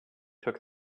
took